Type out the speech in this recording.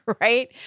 right